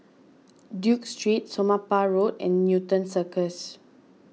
Duke Street Somapah Road and Newton Circus